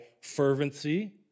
fervency